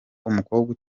umukobwa